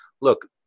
look